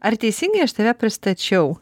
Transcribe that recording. ar teisingai aš tave pristačiau